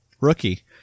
rookie